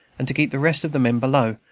and to keep the rest of the men below,